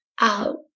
out